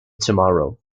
tomorrow